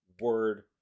word